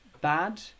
bad